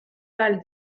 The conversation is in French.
pâle